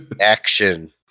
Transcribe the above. Action